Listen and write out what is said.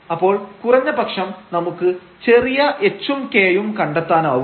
അപ്പോൾ കുറഞ്ഞ പക്ഷം നമുക്ക് ചെറിയ h ഉം k യും കണ്ടെത്താനാവും